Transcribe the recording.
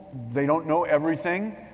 they don't know everything.